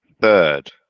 third